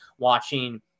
watching